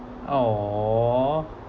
!ow!